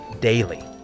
daily